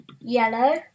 yellow